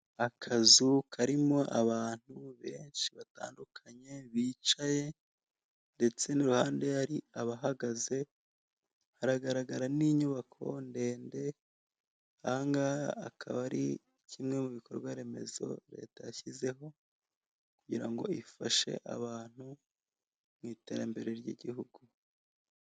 Akazu karimo abantu benshi batandukanye bicaye, ndetse n'iruhande hari abahagaze, haragaragara n'inyubako ndetse, ahangaha akaba ari kimwe mu bikorwa remezo leta yashyizeho kugira ngo bifashe abantu mu iterambere ry'igihugu.